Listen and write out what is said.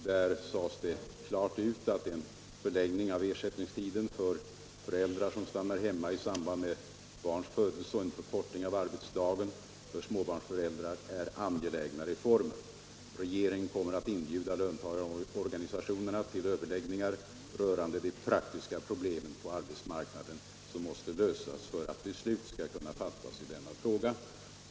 Där sades det klart ut att en förlängning av ersättningstiden för föräldrar som stannar hemma i samband med barns födelse och en förkortning av arbetsdagen för småbarnsföräldrar är angelägna reformer. Regeringen kommer att inbjuda löntagarorganisationerna till överläggningar rörande de praktiska problem på arbetsmarknaden som måste lösas för att beslut skall kunna fattas i denna fråga.